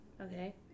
Okay